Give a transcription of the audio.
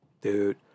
Dude